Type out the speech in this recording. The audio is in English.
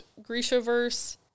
Grishaverse